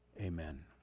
Amen